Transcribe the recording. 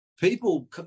people